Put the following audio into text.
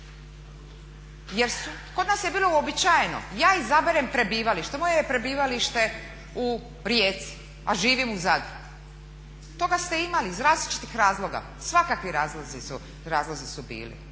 jer kod nas je bilo uobičajeno ja izaberem prebivalište. Moje je prebivalište u Rijeci, a živim u Zadru. Toga ste imali iz različitih razloga, svakakvi razlozi su bili